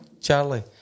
Charlie